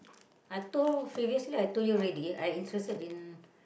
I told preciously I told you already I interested in